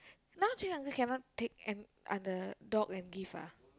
now Jay uncle cannot take the அந்த:andtha dog and give ah